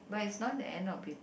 but is the end of it